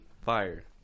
Fire